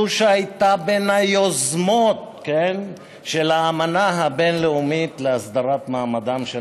זו שהייתה מהיוזמות של האמנה הבין-לאומית להסדרת מעמדם של